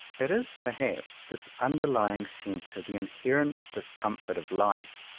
it is perhaps this underlying sense of the inherent discomfort of life,